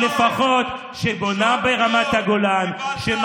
אבל לפחות שבונה ברמת הגולן, קיבלת ג'וב.